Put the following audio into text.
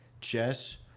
Jess